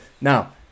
now